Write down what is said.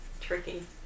tricky